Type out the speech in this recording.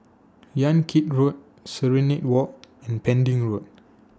Yan Kit Road Serenade Walk and Pending Road